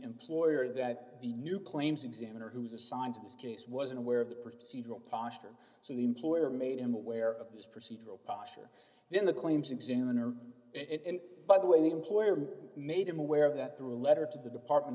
employer that the new claims examiner who was assigned to this case wasn't aware of the procedural posture so the employer made him aware of this procedural posture then the claims examiner it and by the way the employer made him aware of that through a letter to the department